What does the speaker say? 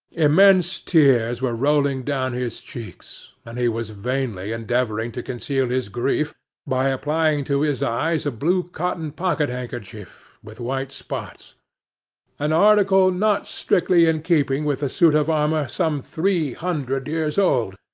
immense tears were rolling down his cheeks, and he was vainly endeavouring to conceal his grief by applying to his eyes a blue cotton pocket-handkerchief with white spots an article not strictly in keeping with a suit of armour some three hundred years old,